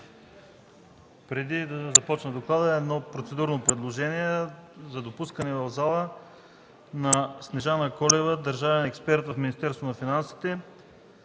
Преди да започна доклада – едно процедурно предложение за допускане в залата на Снежана Колева – държавен експерт от Министерството на финансите,